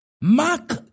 Mark